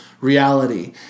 reality